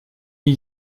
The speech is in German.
nie